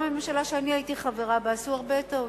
גם הממשלה שאני הייתי חברה בה עשתה הרבה טעויות.